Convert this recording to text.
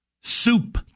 soup